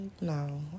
No